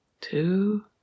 two